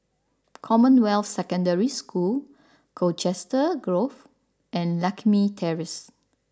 Commonwealth Secondary School Colchester Grove and Lakme Terrace